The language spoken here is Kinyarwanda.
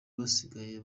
basigaye